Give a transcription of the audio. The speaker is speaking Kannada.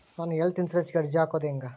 ನಾನು ಹೆಲ್ತ್ ಇನ್ಸುರೆನ್ಸಿಗೆ ಅರ್ಜಿ ಹಾಕದು ಹೆಂಗ?